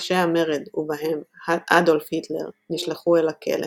וראשי המרד, ובהם אדולף היטלר, נשלחו אל הכלא.